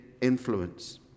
influence